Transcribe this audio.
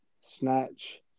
Snatch